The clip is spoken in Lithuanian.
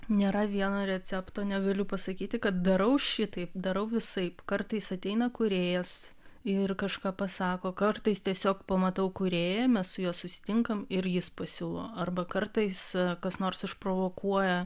nėra vieno recepto negaliu pasakyti kad darau šitaip darau visaip kartais ateina kūrėjas ir kažką pasako kartais tiesiog pamatau kūrėją mes su juo susitinkam ir jis pasiūlo arba kartais kas nors išprovokuoja